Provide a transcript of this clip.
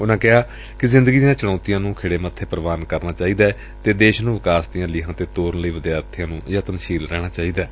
ਉਨਾਂ ਕਿਹਾ ਜ਼ਿੰਦਗੀ ਦੀਆਂ ਚੁਣੌਤੀਆਂ ਨੂੰ ਖਿੜੇ ਮੱਥੇ ਪ੍ਰਵਾਨ ਕਰਦਿਆਂ ਦੇਸ਼ ਨੂੰ ਵਿਕਾਸ ਦੀਆਂ ਲੀਹਾਂ ਤੇ ਤੋਰਨ ਲਈ ਵਿਦਿਆਰਥੀਆਂ ਨੂੰ ਯਤਨਸ਼ੀਲ ਰਹਿਣਾ ਚਾਹੀਦੈ